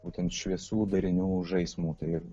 būtent šviesų darinių žaismu ir